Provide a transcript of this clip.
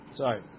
sorry